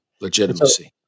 Legitimacy